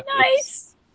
Nice